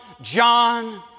John